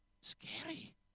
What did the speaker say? Scary